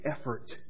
effort